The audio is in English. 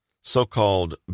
so-called